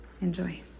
enjoy